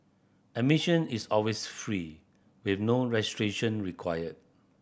admission is always free with no registration required